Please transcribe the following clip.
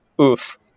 oof